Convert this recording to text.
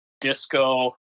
disco